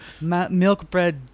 Milkbread